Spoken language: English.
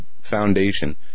foundation